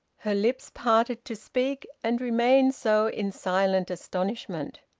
her lips parted to speak, and remained so in silent astonishment.